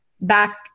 back